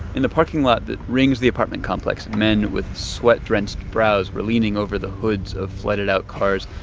in the parking lot that rings the apartment complex, men with sweat-drenched brows were leaning over the hoods of flooded-out cars,